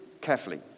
carefully